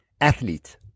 athlete